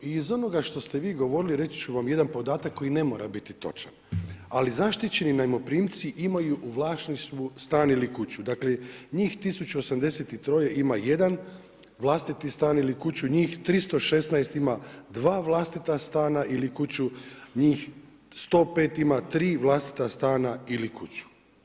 I iz onoga što ste vi govorili reći ću vam jedan podatak koji ne mora biti točan, ali zaštićeni najmoprimci imaju u vlasništvu stan ili kuću, dakle njih 1083 ima jedan vlastiti stan ili kuću, njih 316 ima dva vlastita stana ili kuću, njih 105 ima tri vlastita stana ili kuću.